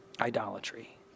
idolatry